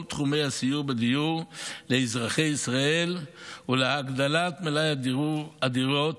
תחומי הסיוע בדיור לאזרחי ישראל ובהגדלת מלאי הדירות